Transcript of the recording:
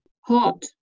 Hot